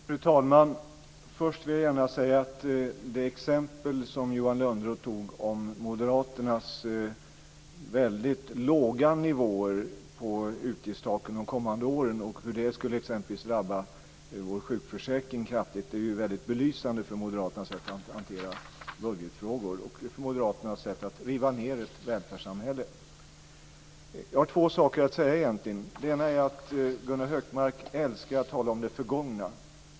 Fru talman! Först vill jag gärna säga att det exempel som Johan Lönnroth tog om moderaternas väldigt låga nivåer på utgiftstaken de kommande åren och hur det exempelvis skulle drabba vår sjukförsäkring kraftigt är väldigt belysande när det gäller moderaternas sätt att hantera budgetfrågor och när det gäller moderaternas sätt att riva ned ett välfärdssamhälle. Jag har två saker att säga. Det ena är att Gunnar Hökmark älskar att tala om det förgångna.